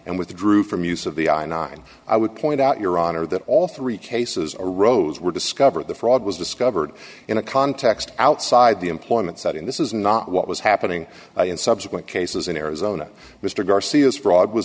and withdrew from use of the i nine i would point out your honor that all three cases arose were discovered the fraud was discovered in a context outside the employment side in this is not what was happening in subsequent cases in arizona mr garcia's fraud was